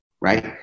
right